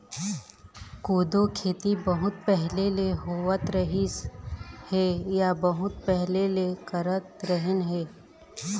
कोदो खेती बहुत पहिली ले होवत रिहिस हे या बहुत पहिली ले करत रिहिन हे